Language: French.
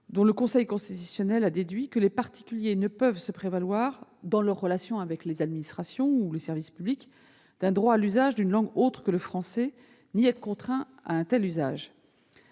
dont le Conseil constitutionnel a déduit que les particuliers ne peuvent se prévaloir, dans leurs relations avec les administrations et les services publics, d'un droit à l'usage d'une langue autre que le français, ni être contraints à un tel usage.